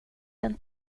den